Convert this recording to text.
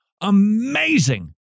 amazing